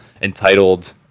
entitled